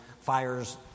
fires